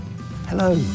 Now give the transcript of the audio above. Hello